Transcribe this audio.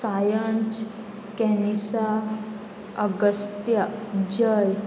सायंच कॅनिसा अगस्त्या जय